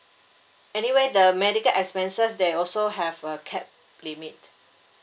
anyway the medical expenses they also have a cap limit